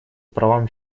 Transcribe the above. правам